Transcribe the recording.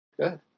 Good